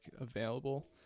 available